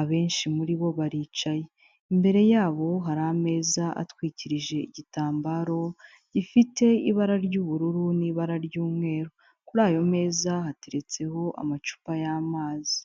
Abenshi muri bo baricaye imbere yabo hari ameza atwikirije igitambaro gifite ibara ry'ubururu n'ibara ry'umweru kuri ayo meza hateretseho amacupa y'amazi.